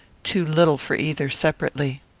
too little for either separately.